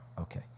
okay